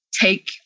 take